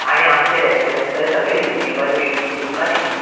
आनी आमचें restaurant sir सगळें रिजनेबल रेटींत तुमकां दितलें